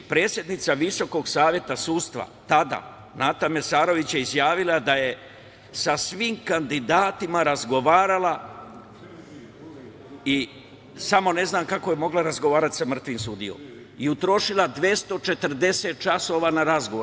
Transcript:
Predsednica VSS, tada, Nata Mesarević je izjavila da je sa svim kandidatima razgovarala i, samo ne znam kako je mogla razgovarati sa mrtvim sudijom, i utrošila 240 časova na razgovor.